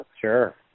Sure